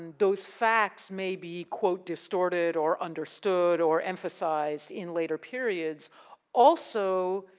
those facts may be, distorted or understood or emphasized in later periods also